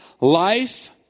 Life